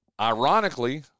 Ironically